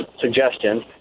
suggestion